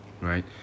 right